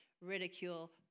ridicule